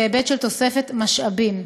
בהיבט של תוספת משאבים.